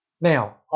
Now